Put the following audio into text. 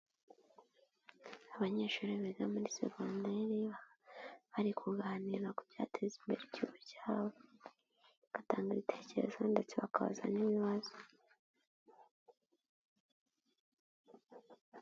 Abanyeshuri biga muri segonderi, bari kuganira ku byateza imbere ikigo cyabo. Bagatanga ibitekerezo ndetse bakazana n'ibibazo.